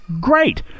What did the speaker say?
great